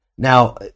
Now